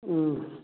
ꯎꯝ